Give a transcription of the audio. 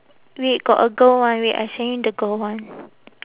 wait got a girl one wait I send you the girl one